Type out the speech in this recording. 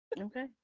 Okay